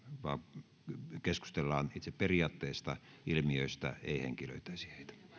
vaan keskusteltaisiin itse periaatteista ilmiöistä ei henkilöitäisi